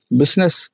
business